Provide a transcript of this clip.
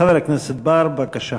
חבר הכנסת בר, בבקשה.